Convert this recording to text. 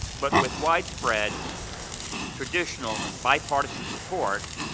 but with widespread traditional and bipartisan support,